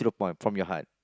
to the point from your heart